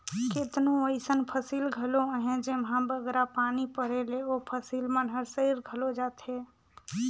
केतनो अइसन फसिल घलो अहें जेम्हां बगरा पानी परे ले ओ फसिल मन हर सइर घलो जाथे